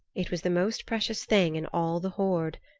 it was the most precious thing in all the hoard.